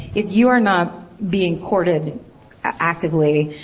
if you were not being courted actively,